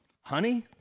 honey